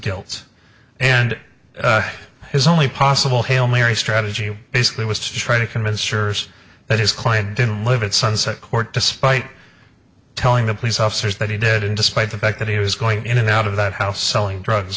guilt and his only possible hail mary strategy basically was to try to convince jurors that his client didn't live at sunset court despite telling the police officers that he did it despite the fact that he was going in and out of that house selling drugs